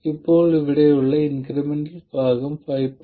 ഇപ്പോൾ ഇവിടെയുള്ള ഇൻക്രിമെന്റൽ ഭാഗം 5